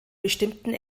bestimmten